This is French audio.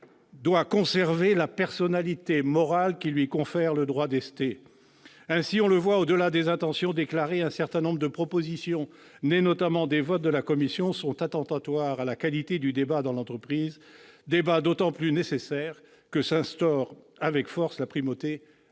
doit conserver la personnalité morale qui confère le droit d'ester. Ainsi, au-delà des intentions déclarées, certaines propositions, issues notamment des votes de la commission, sont attentatoires à la qualité du débat dans l'entreprise, débat d'autant plus nécessaire que s'instaure avec force la primauté